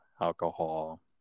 alcohol